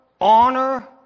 honor